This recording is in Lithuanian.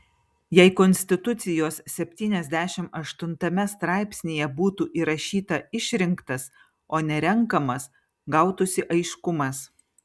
jei konstitucijos septyniasdešimt aštuntame straipsnyje būtų įrašyta išrinktas o ne renkamas gautųsi aiškumas